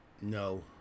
No